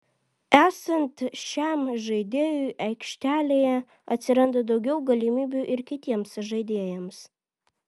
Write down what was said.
esant šiam žaidėjui aikštelėje atsiranda daugiau galimybių ir kitiems žaidėjams